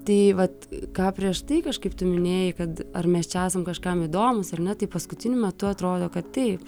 tai vat ką prieš tai kažkaip tu minėjai kad ar mes čia esam kažkam įdomūs ar ne taip paskutiniu metu atrodo kad taip